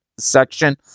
Section